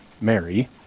Mary